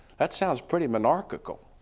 that sounds pretty monarchical.